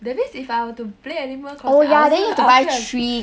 that means if I were to play animal crossing I also I also have to